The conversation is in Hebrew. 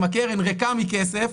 אם הקרן ריקה מכסף,